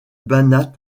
banat